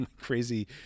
crazy